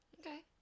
Okay